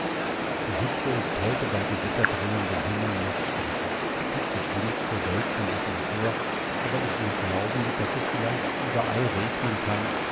die hitze ist heute bei gewitterdrohendem himmel noch stärker dicke dünste wälzen sich empor aber ich will glauben daß es vielleicht überall regnen kann